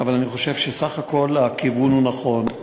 אבל אני חושב שסך הכול הכיוון הוא נכון.